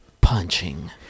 punching